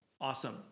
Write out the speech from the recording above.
awesome